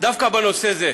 דווקא בנושא זה.